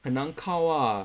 很难靠 ah